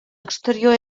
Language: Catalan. exterior